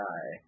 Die